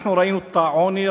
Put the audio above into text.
ואנחנו ראינו את העוני.